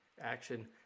action